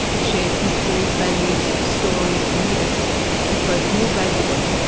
a shared history, values, stories and myths is both more valuable,